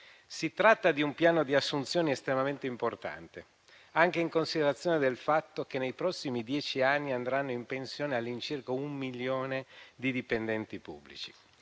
Si tratta di un piano di assunzioni estremamente importante, anche in considerazione del fatto che nei prossimi dieci anni andrà in pensione all'incirca un milione di dipendenti pubblici.